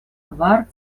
kvar